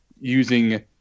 using